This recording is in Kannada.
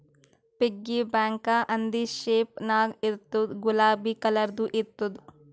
ಪಿಗ್ಗಿ ಬ್ಯಾಂಕ ಹಂದಿ ಶೇಪ್ ನಾಗ್ ಇರ್ತುದ್ ಗುಲಾಬಿ ಕಲರ್ದು ಇರ್ತುದ್